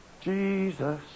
Jesus